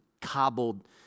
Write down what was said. cobbled